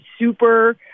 super